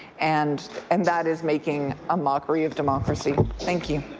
and and that is making a mockery of democracy. thank you.